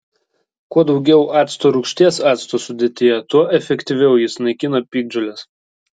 kuo daugiau acto rūgšties acto sudėtyje tuo efektyviau jis naikina piktžoles